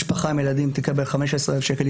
משפחה עם ילדים תקבל 15,000 שקל,